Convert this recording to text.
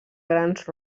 grans